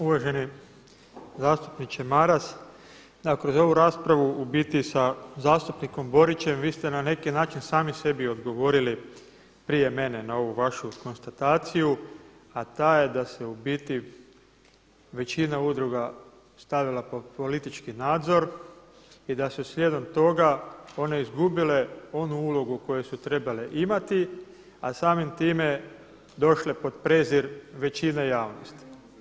Uvaženi zastupniče Maras, kroz ovu raspravu u biti sa zastupnikom Borićem vi ste na neki način sami sebi odgovorili prije mene na ovu vašu konstataciju a ta je da se u biti većina udruga stavila pod politički nadzor i da su slijedom toga one izgubile onu ulogu koju su trebale imati a samim time došle pod prezir većine javnosti.